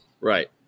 Right